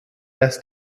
dass